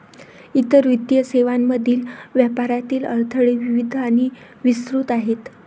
इतर वित्तीय सेवांमधील व्यापारातील अडथळे विविध आणि विस्तृत आहेत